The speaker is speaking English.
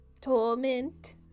torment